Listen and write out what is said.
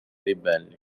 ribelli